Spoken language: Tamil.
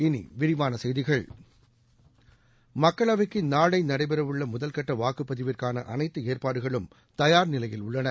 இனி விரிவான செய்திகள் மக்களவைக்கு நாளை நடைபெறவுள்ள முதல்கட்ட வாக்குப்பதிவற்கான அனைத்து ஏற்பாடுகளும் தயார் நிலையில் உள்ளன